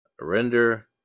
Render